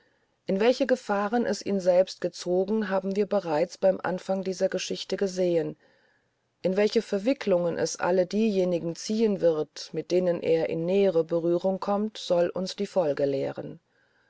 in welche gefahren es ihn selbst gezogen haben wir bereits beim anfang dieser geschichte gesehen in welche verwickelungen es alle diejenigen ziehen wird mit denen er in nähere berührung kommt soll uns die folge lehren